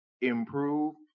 Improve